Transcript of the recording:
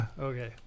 okay